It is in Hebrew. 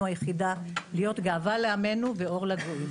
היחידה להיות גאווה לעמנו ואור לגויים.